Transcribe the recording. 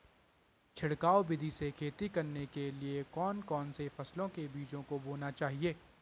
छिड़काव विधि से खेती करने के लिए कौन कौन सी फसलों के बीजों को बोना चाहिए?